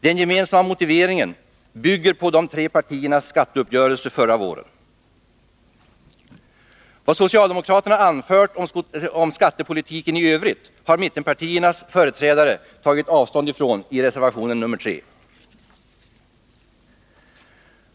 Den gemensamma motiveringen bygger på de tre partiernas skatteuppgörelse förra våren. Vad socialdemokraterna därutöver anfört om skattepolitiken i övrigt har mittenpartiernas företrädare tagit avstånd ifrån i reservation 3.